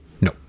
No